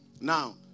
Now